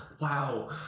Wow